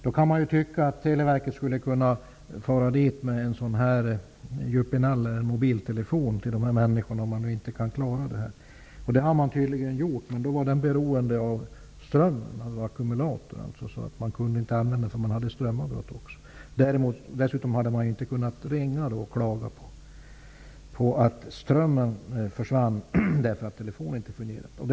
Man kan ju tycka att någon från Telia i ett sådant här läge skulle kunna åka till byn med en yuppienalle, en mobiltelefon. Detta har man tydligen gjort, men mobiltelefonen var beroende av ström, en ackumulator, och det gjorde att man inte kunde använda den, eftersom man också hade strömavbrott. Dessutom hade man i byn inte kunnat ringa och klaga på att strömmen försvann, eftersom telefonen inte fungerade.